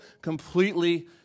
completely